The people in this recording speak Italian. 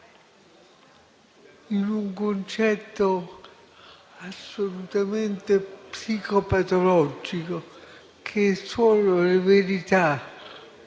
in un concetto assolutamente psicopatologico per cui solo le verità